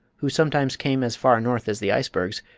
who sometimes came as far north as the icebergs,